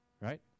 right